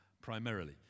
primarily